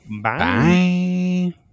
Bye